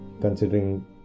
considering